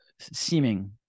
seeming